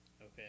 Okay